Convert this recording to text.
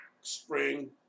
Spring